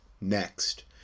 next